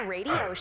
Radio